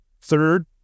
Third